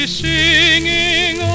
singing